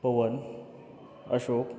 Pawan Ashok